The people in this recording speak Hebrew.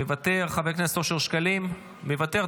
מוותר, חבר הכנסת אושר שקלים, מוותר.